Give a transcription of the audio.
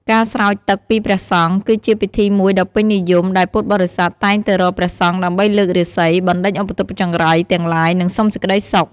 ការស្រោចទឹកពីព្រះសង្ឃ គឺជាពិធីមួយដ៏ពេញនិយមដែលពុទ្ធបរិស័ទតែងទៅរកព្រះសង្ឃដើម្បីលើករាសី បណ្ដេញឧបទ្រពចង្រៃទាំងឡាយ និងសុំសេចក្តីសុខ។